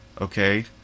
okay